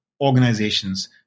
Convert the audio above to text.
organizations